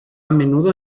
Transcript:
menudo